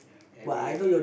every